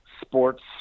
sports